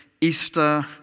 Easter